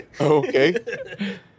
Okay